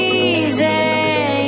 easy